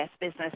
business